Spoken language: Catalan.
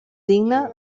digne